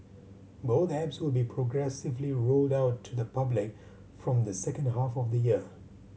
both apps will be progressively rolled out to the public from the second half of the year